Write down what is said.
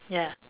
ya